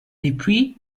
depuis